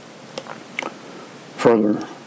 Further